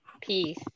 Peace